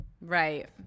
Right